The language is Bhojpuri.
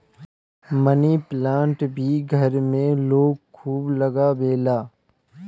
मनी प्लांट भी घर में लोग खूब लगावेला